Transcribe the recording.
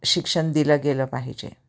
शिक्षण दिलं गेलं पाहिजे